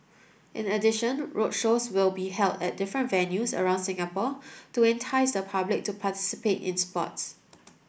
in addition roadshows will be held at different venues around Singapore to entice the public to participate in sports